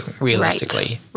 realistically